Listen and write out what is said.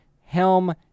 Helm